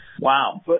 Wow